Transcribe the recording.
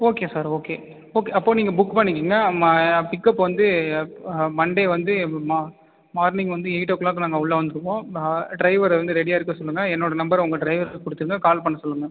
okay sir okay okay அப்போது நீங்கள் book பண்ணிக்கங்க பிக்கப் வந்து மண்டே வந்து மார்னிங் வந்து எய்ட் ஓ க்ளாக் நாங்கள் உள்ளே வந்துடுவோம் நான் டிரைவர் வந்து ரெடியாக இருக்க சொல்லுங்கள் என்னோடய நம்பர் உங்கள் டிரைவர்கிட்ட கொடுத்துருங்க கால் பண்ண சொல்லுங்கள்